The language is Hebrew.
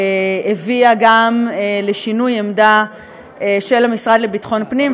הביא גם לשינוי עמדה של המשרד לביטחון פנים.